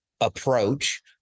approach